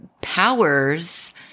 powers